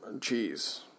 cheese